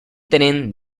tren